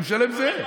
הוא משלם זהה.